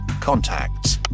contacts